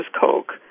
Coke